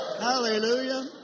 Hallelujah